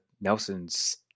Nelson's